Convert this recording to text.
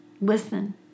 Listen